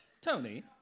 Tony